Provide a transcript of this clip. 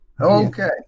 Okay